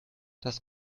das